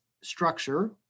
structure